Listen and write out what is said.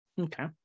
Okay